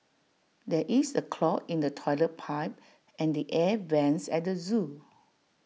there is A clog in the Toilet Pipe and the air Vents at the Zoo